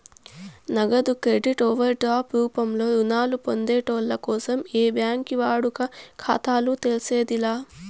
నగదు credit overdraft రూపంలో రుణాలు పొందేటోళ్ళ కోసం ఏ బ్యాంకి వాడుక ఖాతాలు తెర్సేది లా